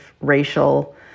racial